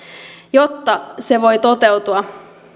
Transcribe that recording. jotta se voi toteutua